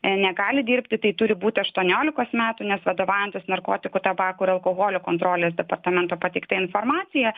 negali dirbti tai turi būt aštuoniolikos metų nes vadovaujantis narkotikų tabako alkoholio kontrolės departamento pateikta informacija